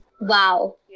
Wow